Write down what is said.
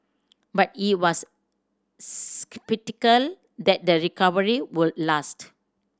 but he was sceptical that the recovery would last